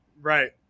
right